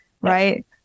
right